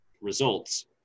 results